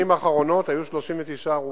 חודש מאי, בכל השנים האחרונות היו 39 הרוגים.